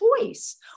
choice